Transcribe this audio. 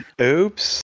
oops